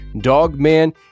dogman